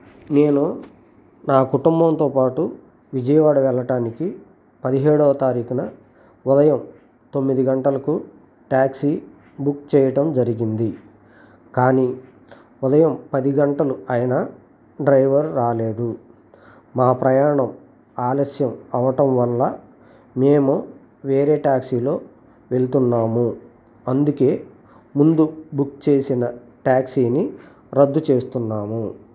నేను నా కుటుంబంతో పాటు విజయవాడ వెళ్ళటానికి పదిహేడవ తారీఖున ఉదయం తొమ్మిది గంటలకు టాక్సీ బుక్ చేయటం జరిగింది కానీ ఉదయం పది గంటలు అయినా డ్రైవర్ రాలేదు మా ప్రయాణం ఆలస్యం అవటం వల్ల మేము వేరే టాక్సీలో వెళ్తున్నాము అందుకే ముందు బుక్ చేసిన టాక్సీని రద్దు చేస్తున్నాము